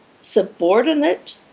subordinate